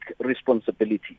responsibility